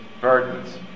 burdens